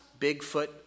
Bigfoot